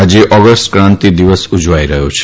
આજે ઓગસ્ટ ક્રાંતિ દિવસ ઉજવાઈ રહ્યો છે